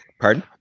pardon